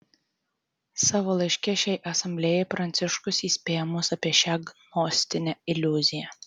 savo laiške šiai asamblėjai pranciškus įspėja mus apie šią gnostinę iliuziją